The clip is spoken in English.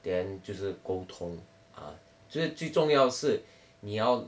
then 就是沟通啊这最重要是你要